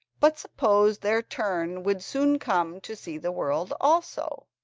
but supposed their turn would soon come to see the world also.